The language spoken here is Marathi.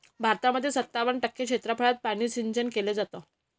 भारतामध्ये सत्तावन्न टक्के क्षेत्रफळात पाण्याचं सिंचन केले जात